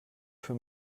für